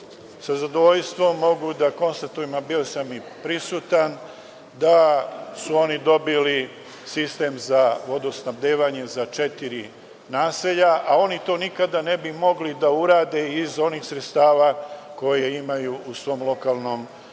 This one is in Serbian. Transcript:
sa zadovoljstvom mogu da konstatujem, a bio sam i prisutan, da su oni dobili sistem za vodosnabdevanje za četiri naselja, a oni to nikada ne bi mogli da urade iz onih sredstava koja imaju u svom lokalnom